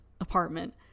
apartment